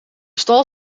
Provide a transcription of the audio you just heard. stal